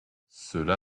cela